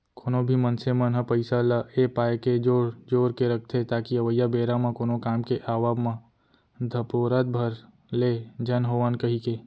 कोनो भी मनसे मन ह पइसा ल ए पाय के जोर जोर के रखथे ताकि अवइया बेरा म कोनो काम के आवब म धपोरत भर ले झन होवन कहिके